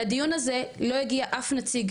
לדיון הזה לא הגיע אף נציג,